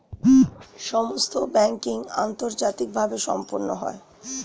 সমস্ত ব্যাংকিং আন্তর্জাতিকভাবে সম্পন্ন হয়